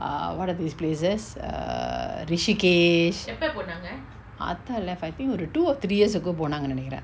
err one of these places err risikes aatta lah I think two or three years ago போனாங்க நெனைகுர:ponanga nenaikura